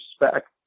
respect